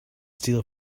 steal